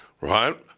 Right